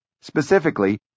Specifically